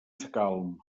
sacalm